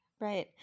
Right